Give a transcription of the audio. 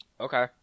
Okay